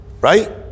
right